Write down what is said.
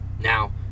now